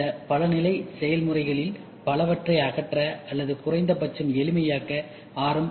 இந்த பல நிலை செயல்முறைகளில் பலவற்றை அகற்ற அல்லது குறைந்தபட்சம் எளிமையாக்க ஆர்